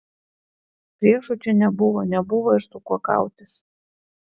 priešų čia nebuvo nebuvo ir su kuo kautis